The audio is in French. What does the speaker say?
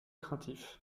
craintif